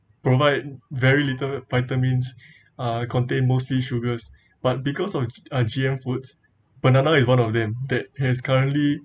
provide very little vitamins uh contain mostly sugars but because of g~ G_M foods banana is one of them that has currently